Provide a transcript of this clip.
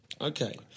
okay